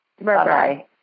Bye-bye